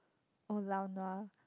oh lao nua